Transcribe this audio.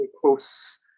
close